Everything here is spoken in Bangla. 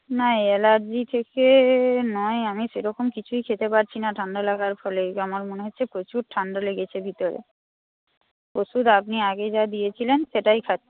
না অ্যালার্জি থেকে নয় আমি সেরকম কিছুই খেতে পারছি না ঠান্ডা লাগার ফলে আমার মনে হচ্ছে প্রচুর ঠান্ডা লেগেছে ভিতরে ওষুধ আপনি আগে যা দিয়েছিলেন সেটাই খাচ্ছি